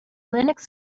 linux